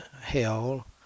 hell